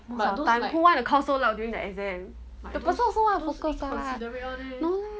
most of the time who want to cough so loud during the exam the person also want to focus one lah no lah